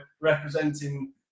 representing